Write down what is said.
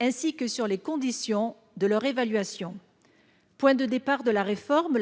ainsi que sur les conditions de leur évaluation. Point de départ de la réforme,